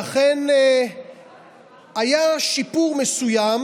ואכן, היה שיפור מסוים,